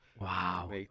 Wow